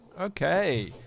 Okay